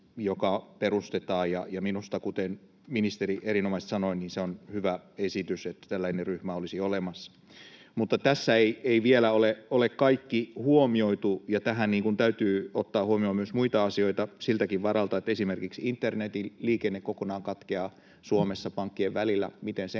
joka perustetaan, ja minusta, kuten ministeri erinomaisesti sanoi, on hyvä esitys, että tällainen ryhmä olisi olemassa. Mutta tässä ei vielä ole kaikkea huomioitu, ja tähän täytyy ottaa huomioon myös muita asioita siltäkin varalta, että esimerkiksi internetin liikenne kokonaan katkeaa Suomessa pankkien välillä. Miten sen